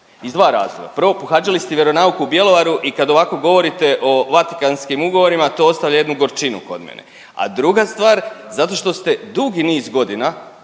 iz dva razloga. Prvo, pohađali ste vjeronauk u Bjelovaru i kad ovako govorite o Vatikanskim ugovorima to ostavlja jednu gorčinu kod mene. A druga stvar, zato što ste dugi niz godina